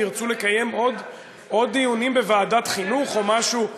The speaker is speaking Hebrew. אם ירצו לקיים עוד דיונים בוועדת חינוך או משהו,